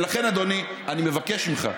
ולכן, אדוני, אני מבקש ממך.